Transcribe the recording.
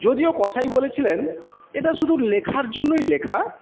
যদিও কসাই বলেছিলেন এটা শুধু লেখার জন্যেই লেখা